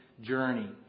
journey